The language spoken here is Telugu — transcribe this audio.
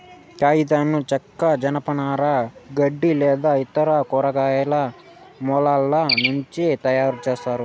కాగితంను చెక్క, జనపనార, గడ్డి లేదా ఇతర కూరగాయల మూలాల నుంచి తయారుచేస్తారు